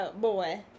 boy